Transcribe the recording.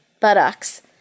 buttocks